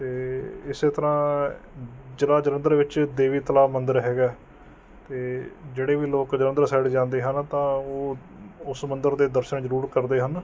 ਅਤੇ ਇਸੇ ਤਰ੍ਹਾਂ ਜ਼ਿਲ੍ਹਾ ਜਲੰਧਰ ਵਿੱਚ ਦੇਵੀ ਤਲਾਬ ਮੰਦਰ ਹੈਗਾ ਅਤੇ ਜਿਹੜੇ ਵੀ ਲੋਕ ਜਲੰਧਰ ਸਾਈਡ ਜਾਂਦੇ ਹਨ ਤਾਂ ਉਹ ਉਸ ਮੰਦਰ ਦੇ ਦਰਸ਼ਨ ਜ਼ਰੂਰ ਕਰਦੇ ਹਨ